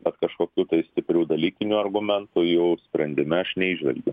bet kažkokių tai stiprių dalykinių argumentų jų sprendime aš neįžvelgiu